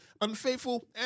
Unfaithful